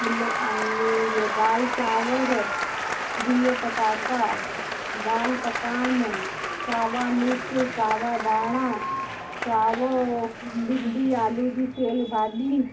ॿिलो ऐं ॿियो दाल चांवर बिह पटाटा दाल पकवान सावा मिर्चु सावा धाणा सावो भिंडी आलू जी सेयल भाॼी